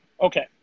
Okay